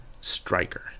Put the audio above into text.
striker